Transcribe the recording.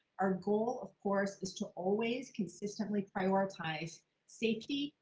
our goal, of course, is to always consistently prioritize safety,